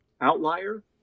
outlier